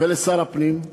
ולשר הפנים,